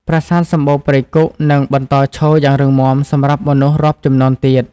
ប្រាសាទសំបូរព្រៃគុក នឹងបន្តឈរយ៉ាងរឹងមាំសម្រាប់មនុស្សរាប់ជំនាន់ទៀត។